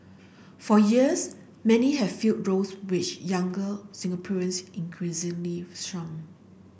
for years many have filled roles which younger Singaporeans increasingly shun